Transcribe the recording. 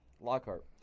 Lockhart